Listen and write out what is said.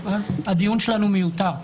אז הדיון שלנו מיותר.